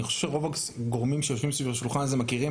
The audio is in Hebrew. חושב שרוב הגורמים שיושבים סביב השולחן הזה מכירים